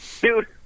dude